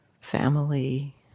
family